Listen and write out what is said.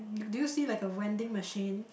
do you see like a vending machine